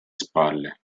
spalle